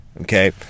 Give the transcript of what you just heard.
Okay